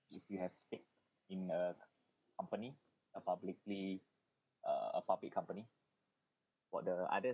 if you have stayed in a c~ company a publicly uh a public company about the other